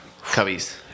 Cubbies